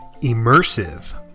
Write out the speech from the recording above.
Immersive